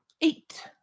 Eight